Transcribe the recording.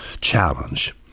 challenge